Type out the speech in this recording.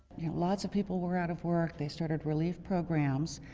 lots of people were out of work. they started relief programs.